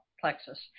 plexus